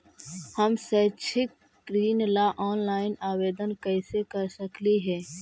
हम शैक्षिक ऋण ला ऑनलाइन आवेदन कैसे कर सकली हे?